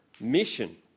mission